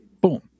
boom